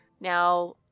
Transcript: now